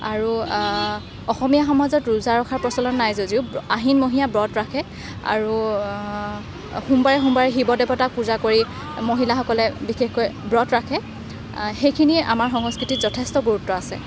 আৰু অসমীয়া সমাজত ৰোজা ৰখাৰ প্ৰচলন নাই যদিও আহিনমহীয়া ব্ৰত ৰাখে আৰু সোমবাৰে সোমবাৰে শিৱ দেৱতাক পূজা কৰি মহিলাসকলে বিশেষকৈ ব্ৰত ৰাখে সেইখিনিয়ে আমাৰ সংস্কৃতিত যথেষ্ট গুৰুত্ব আছে